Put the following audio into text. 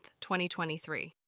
2023